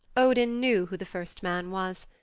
odin knew who the first man was.